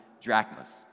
drachmas